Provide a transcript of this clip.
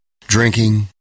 Drinking